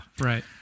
right